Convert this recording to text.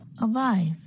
Alive